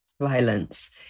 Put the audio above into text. violence